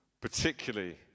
particularly